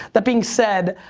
that being said,